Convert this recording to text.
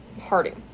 Harding